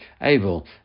able